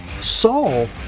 Saul